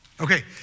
Okay